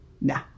Nah